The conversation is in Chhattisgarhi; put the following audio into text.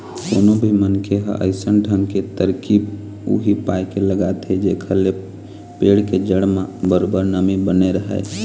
कोनो भी मनखे ह अइसन ढंग के तरकीब उही पाय के लगाथे जेखर ले पेड़ के जड़ म बरोबर नमी बने रहय